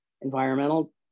environmental